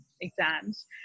exams